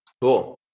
Cool